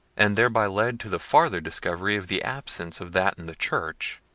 and thereby led to the farther discovery of the absence of that in the church,